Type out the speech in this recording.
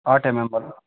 آٹھ M M والا